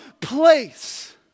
place